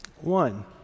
One